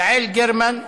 יעל גרמן,